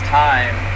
time